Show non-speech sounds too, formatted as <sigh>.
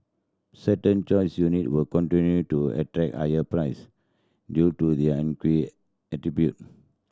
certain choice unit will continue to attract higher price due to their <unintelligible> attributes